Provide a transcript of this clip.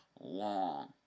long